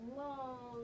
long